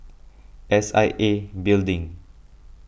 S I A Building